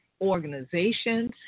organizations